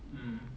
mm